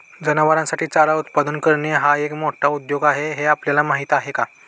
जनावरांसाठी चारा उत्पादन करणे हा एक मोठा उद्योग आहे हे आपल्याला माहीत आहे का?